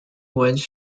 wedge